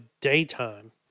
daytime